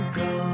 go